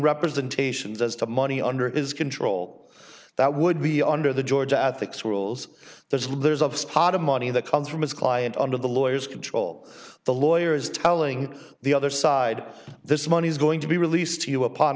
representations as to money under his control that would be under the georgia ethics rules there's a will there's a pot of money that comes from his client under the lawyers control the lawyer is telling the other side this money is going to be released to you upon